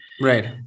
Right